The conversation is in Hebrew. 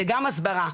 וגם הסברה,